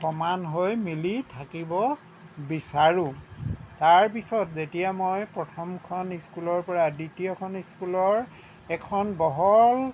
সমান হৈ মিলি থাকিব বিচাৰোঁ তাৰ পিছত যেতিয়া মই প্ৰথমখন স্কুলৰ পৰা দ্বিতীয়খন স্কুলৰ এখন বহল